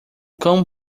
cão